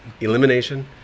elimination